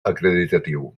acreditatiu